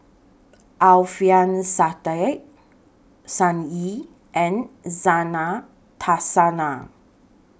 Alfian Sa'at Sun Yee and Zena Tessensohn